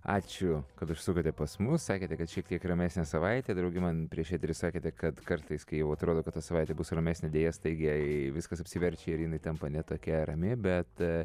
ačiū kad užsukote pas mus sakėte kad šiek tiek ramesnė savaitė drauge man prieš eterį sakėte kad kartais kai jau atrodo kad ta savaitė bus ramesnė deja staigiai viskas apsiverčia ir jinai tampa ne tokia rami bet